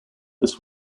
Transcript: this